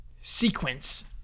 sequence